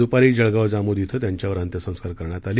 द्पारी जळगाव जामोद येथे त्यांच्यावर अंत्यसंस्कार करण्यात आले